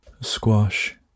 squash